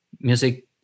Music